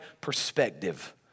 perspective